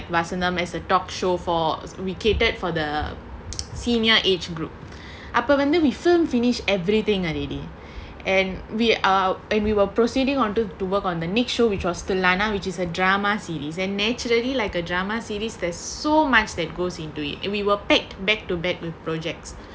vasantham as a talk show for we catered for the senior age group after when we filmed finished everything already and we are and we will proceeding onto to work on the next show which was the liner which is a drama series and naturally like a drama series there's so much that goes into it and we were pegged back-to-back with projects